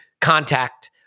contact